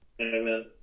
Amen